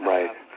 Right